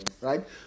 Right